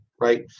right